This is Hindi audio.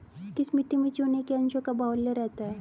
किस मिट्टी में चूने के अंशों का बाहुल्य रहता है?